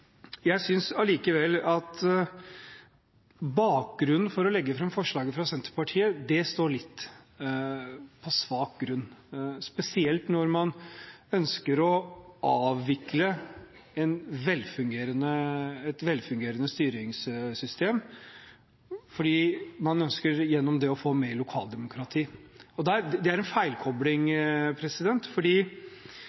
Jeg synes at forslaget fra Senterpartiet som er lagt fram, står på litt svak grunn, spesielt når man ønsker å avvikle et velfungerende styringssystem fordi man gjennom det ønsker å få mer lokaldemokrati. Det er en feilkobling.